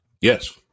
Yes